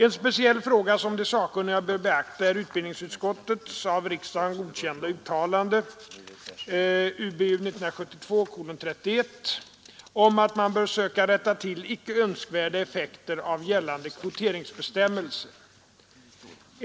En speciell fråga som de sakkunniga bör beakta är utbildningsutskottets av riksdagen godkända uttalande om att man bör söka rätta till icke önskvärda effekter av gällande kvoteringsbestämmelser.